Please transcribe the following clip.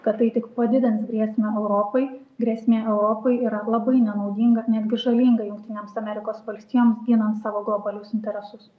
kad tai tik padidins grėsmę europai grėsmė europai yra labai nenaudinga netgi žalinga jungtinėms amerikos valstijoms ginant savo globalius interesus